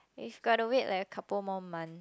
if got to wait like a couple more month